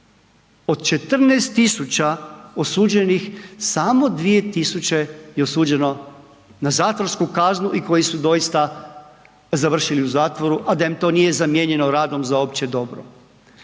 od 14000 osuđenih samo 2000 je osuđeno na zatvorsku kaznu i koji su doista završili u zatvoru, a da im to nije zamijenjeno radom za opće dobro.